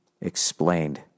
explained